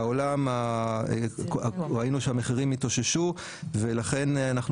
בעולם ראינו שהמחירים התאוששו ולכן אנחנו